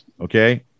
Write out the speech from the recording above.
Okay